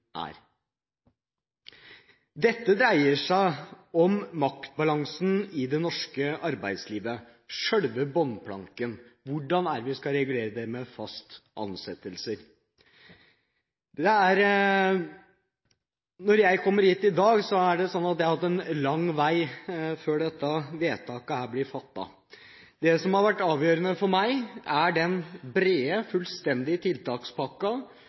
dreier seg om maktbalansen i det norske arbeidslivet, selve bunnplanken: Hvordan skal vi regulere dette med faste ansettelser? Jeg har gått en lang vei før jeg i dag slutter meg til dette vedtaket. Det som har vært avgjørende for meg, er den brede, fullstendige